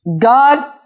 God